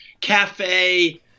cafe